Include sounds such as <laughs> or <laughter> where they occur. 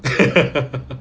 <laughs>